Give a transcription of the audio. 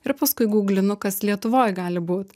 ir paskui guglinu kas lietuvoj gali būt